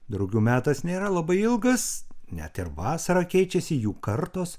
drugių metas nėra labai ilgas net ir vasarą keičiasi jų kartos